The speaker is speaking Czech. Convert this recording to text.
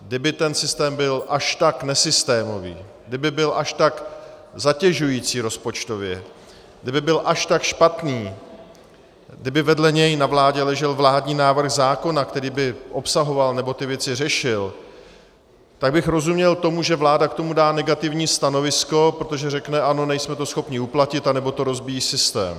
Kdyby ten systém byl až tak nesystémový, kdyby byl až tak zatěžující rozpočtově, kdyby byl až tak špatný, kdyby vedle něj na vládě ležel vládní návrh zákona, který by ty věci řešil, tak bych rozuměl tomu, že vláda k tomu dá negativní stanovisko, protože řekne: ano, nejsme to schopni uplatit, anebo to rozbíjí systém.